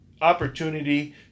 opportunity